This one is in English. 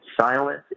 silent